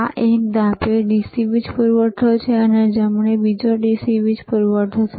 આ એક ડાબે DC વીજ પૂરવઠો છે આ જમણે બીજો DC વીજ પૂરવઠો છે